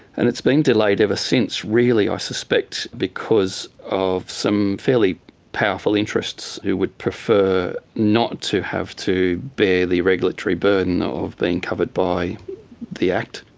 and it's been delayed ever since, really i suspect because of some fairly powerful interests who would prefer not to have to bear the regulatory burden of being covered by the act.